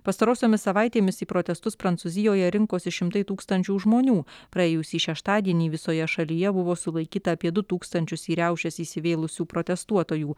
pastarosiomis savaitėmis į protestus prancūzijoje rinkosi šimtai tūkstančių žmonių praėjusį šeštadienį visoje šalyje buvo sulaikyta apie du tūkstančius į riaušes įsivėlusių protestuotojų